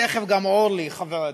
ותכף גם אורלי חברתי,